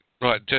Right